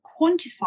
quantify